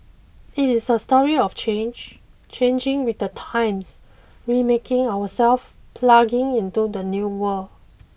it is a story of change changing with the times remaking ourselves plugging into the new world